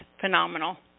phenomenal